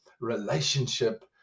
relationship